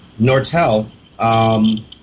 Nortel